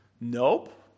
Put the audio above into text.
Nope